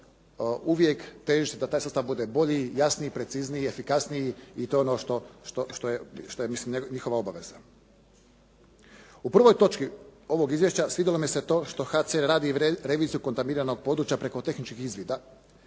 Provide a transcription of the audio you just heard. uvijek težiti da taj sustav bude bolji, jasniji, precizniji, efikasniji i to je ono što je mislim njihova obaveza. U prvoj točki ovog izvješća svidjelo mi se to što HCR radi i reviziju kontaminiranog područja preko tehničkih izvida.